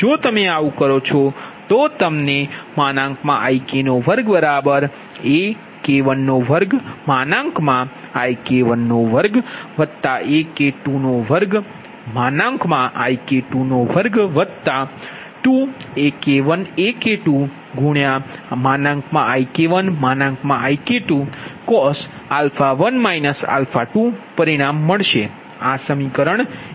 જો તમે આવું કરો છો તો તમને IK2AK12IK12AK22IK222AK1AK2IK1IK2cos 1 2 પરિમાણ મળશે આ સમીકરણ 81 છે